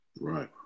Right